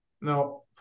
no